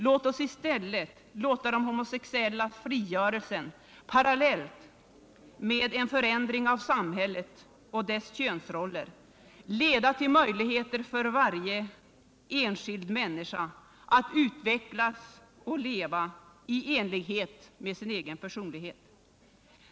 Låt i stället den homosexuella frigörelsen parallellt med en förändring av samhället och dess könsroller leda till möjligheter för varje enskild människa att utvecklas och leva i enlighet med sin egen personlighet.